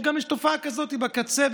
ובמדינת ישראל יש תופעה כזאת בקצה.